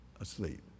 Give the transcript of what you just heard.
asleep